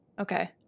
Okay